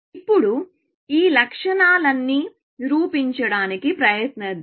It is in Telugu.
ఇప్పుడు ఈ లక్షణాలని నిరూపించడానికి ప్రయత్నిద్దాం